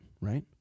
right